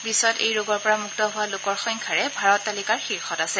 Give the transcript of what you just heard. বিখ্বত এই ৰোগৰ পৰা মুক্ত হোৱা লোকৰ সংখ্যাৰে ভাৰত তালিকাৰ শীৰ্ষত আছে